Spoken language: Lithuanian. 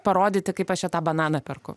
parodyti kaip aš čia tą bananą perku